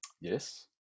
Yes